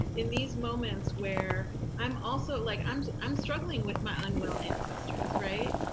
in these moments where i'm also, like i'm i'm struggling with my unwell ancestors. right?